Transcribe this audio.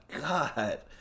god